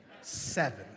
Seven